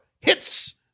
hits